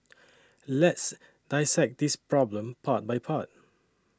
let's dissect this problem part by part